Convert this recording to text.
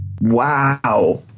Wow